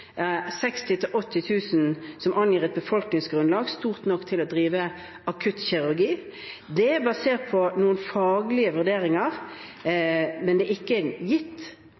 60 000–80 000 som et stort nok befolkningsgrunnlag til å drive akuttkirurgi. Det er basert på noen faglige vurderinger, men dette er ikke